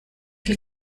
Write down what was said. viel